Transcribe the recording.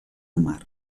mar